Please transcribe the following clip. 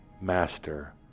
master